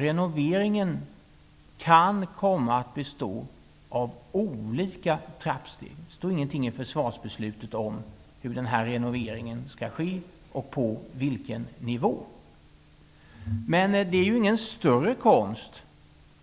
Renoveringen kan komma att bestå av olika trappsteg. Det står inget i försvarsbeslutet om hur den här renoveringen skall ske och på vilken nivå.